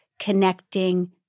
connecting